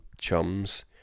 chums